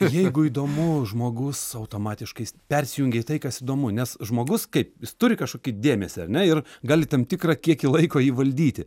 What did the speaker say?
jeigu įdomu žmogus automatiškai jis persijungia į tai kas įdomu nes žmogus kaip jis turi kažkokį dėmesį ar ne ir gali tam tikrą kiekį laiko jį valdyti